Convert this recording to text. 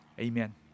Amen